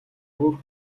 өөр